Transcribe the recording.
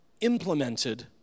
implemented